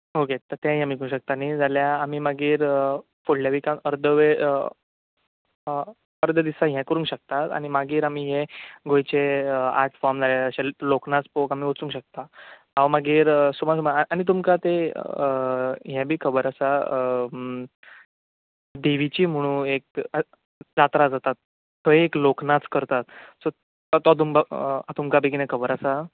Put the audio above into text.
okay त तेंय आमी करूं शकता न्ही जाल्या आमी मागीर फुडल्या विकान अर्दो वेळ अर्दो दिसा हें करूंक शकतात आनी मागीर आमी हे गोंयचे आट फॉम नाल्यार अशे लोकनाच पळोवंक आमी वचूंक शकता हांव मागीर सुमा सुमार आनी तुमकां तें हें बी खबर आसा देवीची म्हुणू एक जात्रा जाता थंय एक लोकनाच करतात सो तो तुमकां तुमकां बी किनें खबर आसा